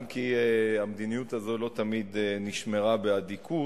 אם כי המדיניות הזאת לא תמיד נשמרה באדיקות,